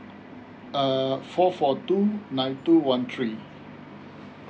err four four two nine two one three